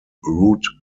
root